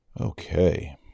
Okay